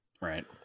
Right